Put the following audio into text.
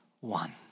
one